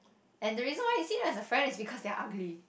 and the reason why you see him as a friend is because they are ugly